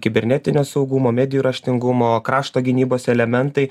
kibernetinio saugumo medijų raštingumo krašto gynybos elementai